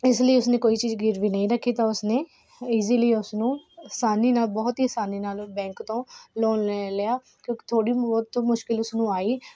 ਇਸ ਲਈ ਉਸਨੇ ਕੋਈ ਚੀਜ਼ ਗਿਰਵੀ ਨਹੀਂ ਰੱਖੀ ਤਾਂ ਉਸਨੇ ਇਜੀਲੀ ਉਸ ਨੂੰ ਆਸਾਨੀ ਨਾਲ ਬਹੁਤ ਹੀ ਆਸਾਨੀ ਨਾਲ ਬੈਂਕ ਤੋਂ ਲੋਨ ਲੈ ਲਿਆ ਕਿਉਂਕਿ ਥੋੜ੍ਹੀ ਬਹੁਤ ਤਾਂ ਮੁਸ਼ਕਲ ਉਸਨੂੰ ਆਈ